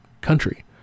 country